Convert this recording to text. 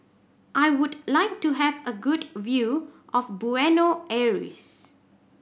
I would like to have a good view of Buenos Aires